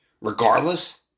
Regardless